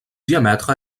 diamètre